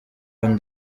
one